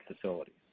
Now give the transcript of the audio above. facilities